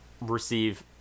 receive